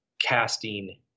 casting